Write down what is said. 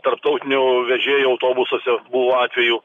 tarptautinių vežėjų autobusuose buvo atvejų